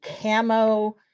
camo